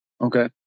Okay